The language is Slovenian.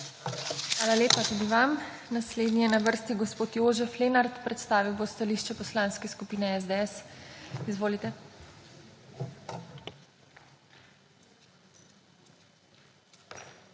Hvala lepa tudi vam. Naslednji je na vrsti gospod Jožef Lenart. Predstavil bo stališče Poslanske skupine SDS. Izvolite. **JOŽEF